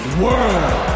world